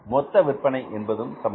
மொத்த விற்பனை என்பதும் சமம்